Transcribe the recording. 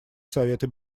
совета